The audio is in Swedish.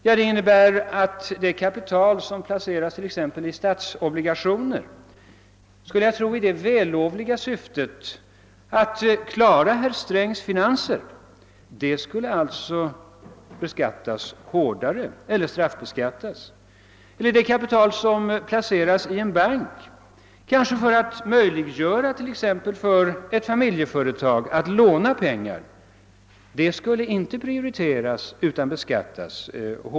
Ja, det betyder att det kapital som placeras t.ex. i statsobligationer i det vällovliga syftet, skulle jag tro, att klara herr Strängs finanser alltså skulle beskattas hårdare eller straffbeskattas och likaså det kapibelysande verkningar i fråga om martal som placeras i en bank, kanske för att möjliggöra för ett familjeföretag att låna pengar.